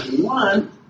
one